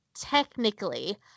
technically